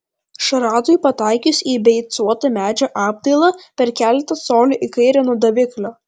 šratui pataikius į beicuotą medžio apdailą per keletą colių į kairę nuo daviklio